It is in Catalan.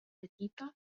petita